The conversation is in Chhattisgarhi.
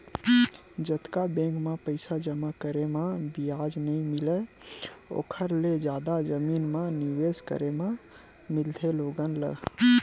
जतका बेंक म पइसा जमा करे म बियाज नइ मिलय ओखर ले जादा जमीन म निवेस करे म मिलथे लोगन ल